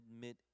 admit